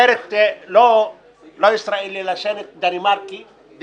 סרט לא ישראלי אלא סרט דני מצוין.